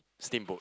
steamboat